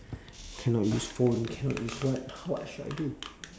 cannot use phone cannot use what what should I do